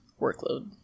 workload